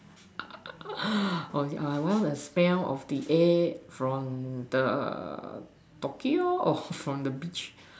or yeah one of the smell of the air from the Tokyo or from the beach